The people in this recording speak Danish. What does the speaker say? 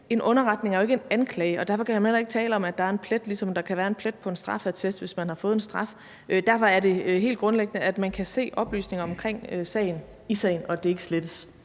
en underretning er jo ikke en anklage, og derfor kan man heller ikke tale om, at der er en plet, ligesom der kan være en plet på en straffeattest, hvis man har fået en straf. Derfor er det helt grundlæggende, at man kan se oplysninger omkring sagen i sagen, og at det ikke slettes.